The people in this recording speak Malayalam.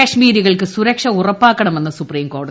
കശ്മീരികൾക്ക് സുരക്ഷ ഉറപ്പാക്കണ്മെന്ന് സുപ്രീം കോടതി